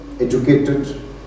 educated